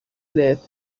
лет